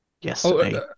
yesterday